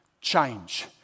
Change